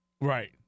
Right